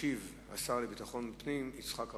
ישיב השר לביטחון פנים יצחק אהרונוביץ.